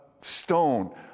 stone